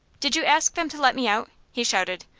did you ask them to let me out? he shouted.